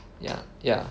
ya ya